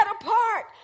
apart